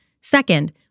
Second